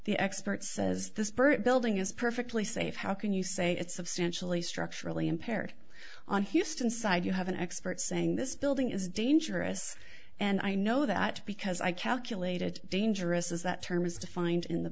the expert says this bird building is perfectly safe how can you say it's substantially structurally impaired on houston side you have an expert saying this building is dangerous and i know that because i calculated dangerous is that term is defined in the